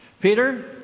Peter